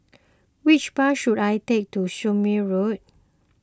which bus should I take to Surin Road